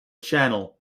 channel